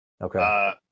Okay